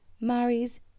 marries